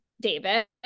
David